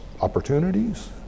opportunities